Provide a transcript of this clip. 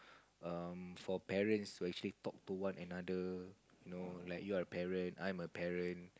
um for parents to actually talk to one another you know like are a parent I'm a parent